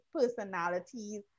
personalities